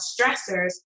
stressors